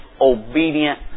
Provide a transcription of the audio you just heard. obedient